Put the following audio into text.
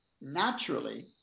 naturally